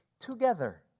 together